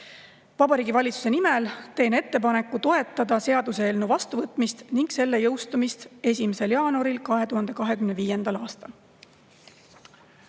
Vabariigi Valitsuse nimel teen ettepaneku toetada seaduseelnõu vastuvõtmist ning selle jõustumist 1. jaanuaril 2025. aastal.